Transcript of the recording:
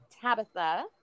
Tabitha